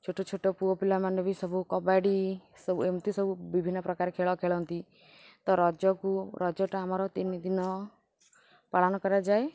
ଛୋଟ ଛୋଟ ପୁଅପିଲାମାନେ ବି ସବୁ କବାଡ଼ି ସବୁ ଏମିତି ସବୁ ବିଭିନ୍ନପ୍ରକାର ଖେଳ ଖେଳନ୍ତି ତ ରଜକୁ ରଜଟା ଆମର ତିନି ଦିନ ପାଳନ କରାଯାଏ